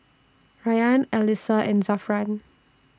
Rayyan Alyssa and Zafran